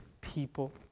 people